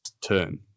turn